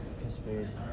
conspiracy